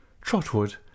Trotwood